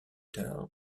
tard